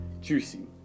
Juicy